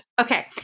Okay